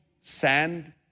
sand